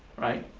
right?